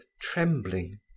trembling